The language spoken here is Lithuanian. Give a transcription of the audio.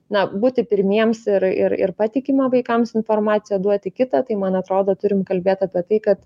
na būti pirmiems ir ir patikimą vaikams informaciją duoti kitą tai man atrodo turie kalbėt apie tai kad